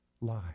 lie